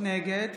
נגד